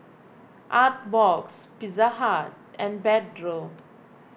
Artbox Pizza Hut and Pedro